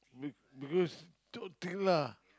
be~ because not thick lah